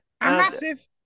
massive